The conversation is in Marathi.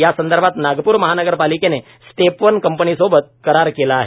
यासंदर्भात नागप्र महानगरपालिकेने स्टेप वन कंपनी सोबत करार केला आहे